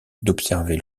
d’observer